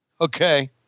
Okay